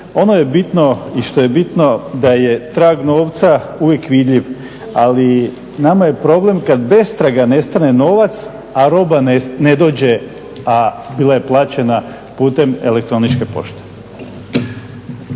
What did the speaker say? Ono je bitno i što je bitno da je trag novca uvijek vdljiv, ali nama je problem kada bestraga nestane novac, a roba ne dođe, a bila je plaćena putem elektroničke pošte.